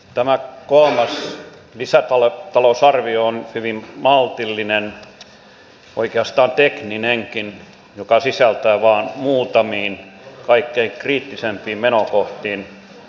tämä kolmas lisätalousarvio on hyvin maltillinen oikeastaan tekninenkin ja sisältää vain muutamiin kaikkein kriittisempiin menokohtiin tarkennuksia